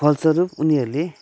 फलस्वरूप उनीहरूले